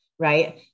right